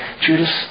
Judas